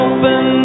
Open